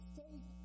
faith